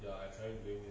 I try again